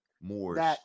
more